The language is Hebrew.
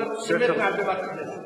ואתה אומר אמת מעל בימת הכנסת.